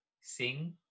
Sing